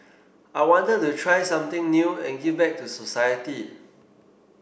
I wanted to try something new and give back to society